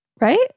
Right